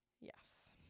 Yes